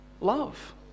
Love